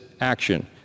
action